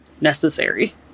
necessary